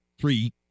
Three